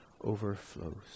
overflows